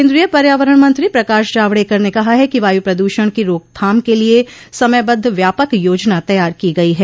केन्द्रीय पर्यावरण मंत्री प्रकाश जावड़ेकर ने कहा है कि वायु प्रदूषण की रोकथाम के लिए समयबद्ध व्यापक योजना तैयार की गई है